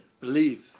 believe